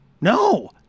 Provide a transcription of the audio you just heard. No